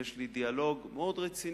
יש לי דיאלוג מאוד רציני